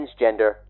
Transgender